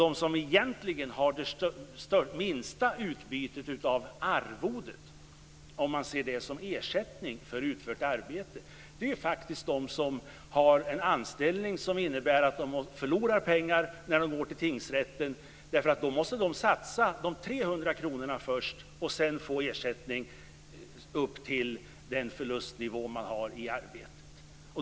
De som egentligen har det minsta utbytet av arvodet, om man ser det som ersättning för utfört arbete, är faktiskt de som har en anställning, vilket innebär att de förlorar pengar när de går till tingsrätten, därför att de då först måste satsa de trehundra kronorna och sedan få ersättning upp till den förlustnivå som de har i arbetet.